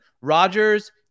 Rodgers